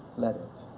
let it,